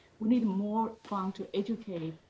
we need more funds to educate,